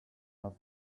auf